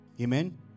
Amen